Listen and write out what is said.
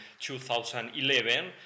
2011